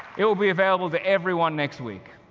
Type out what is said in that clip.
it will be available to everyone next week.